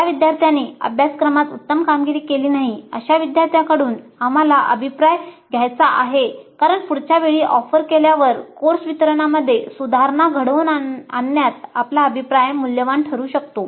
ज्या विद्यार्थ्यांनी अभ्यासक्रमात उत्तम कामगिरी केली नाही अशा विद्यार्थ्यांकडून आम्हाला अभिप्राय घ्यायचा आहे कारण पुढच्या वेळी ऑफर केल्यावर कोर्स वितरणामध्ये सुधारणा घडवून आणण्यात आपला अभिप्राय मूल्यवान ठरू शकतो